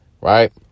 right